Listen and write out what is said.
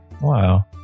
Wow